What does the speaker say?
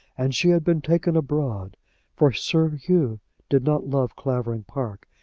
and she had been taken abroad for sir hugh did not love clavering park,